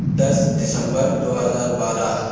دس دسمبر دو ہزار بارہ